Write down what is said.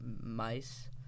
mice